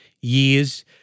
years